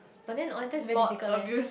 but then very difficult leh